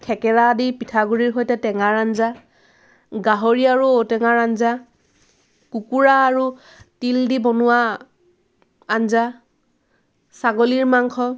থেকেৰা দি পিঠাগুড়িৰ সৈতে টেঙাৰ আঞ্জা গাহৰি আৰু ঔটেঙাৰ আঞ্জা কুকুৰা আৰু তিল দি বনোৱা আঞ্জা ছাগলীৰ মাংস